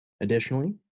Additionally